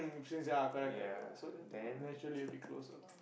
since ya correct correct so naturally a bit closer lah